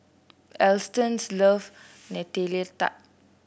Alston loves Nutella Tart